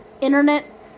internet